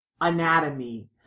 anatomy